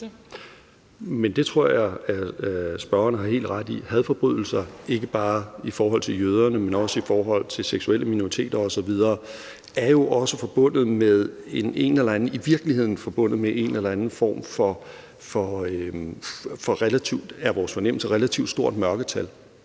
Det tror jeg spørgeren har helt ret i. Hadforbrydelser er jo, ikke bare i forhold til jøderne, men også i forhold til seksuelle minoriteter osv., i virkeligheden – sådan er vores fornemmelse – også forbundet med et relativt stort mørketal,